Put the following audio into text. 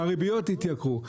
הריביות התייקרו.